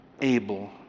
able